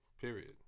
period